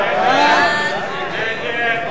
להצביע.